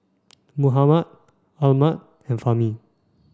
Muhammad Ahmad and Fahmi